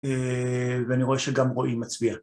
‫ואני רואה שגם רועי מצביע.